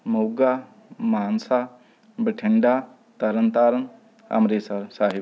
Moga Mansa Bathinda Tarn Taran Amritsar Sahib